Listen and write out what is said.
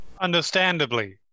understandably